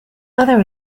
other